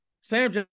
Sam